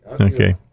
Okay